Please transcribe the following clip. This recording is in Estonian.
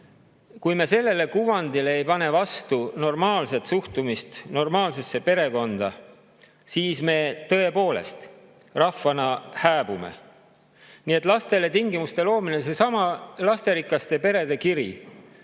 me sellele kuvandile ei pane vastu normaalset suhtumist normaalsesse perekonda, siis me tõepoolest rahvana hääbume. Nii et lastele tingimuste loomine … Seesama lasterikaste perede kiri